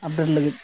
ᱟᱵᱞᱮᱴ ᱞᱟᱹᱜᱤᱫ